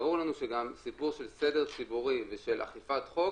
ברור לנו שגם סיפור של סדר ציבורי ושל אכיפת חוק